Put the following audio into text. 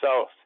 South